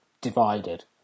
divided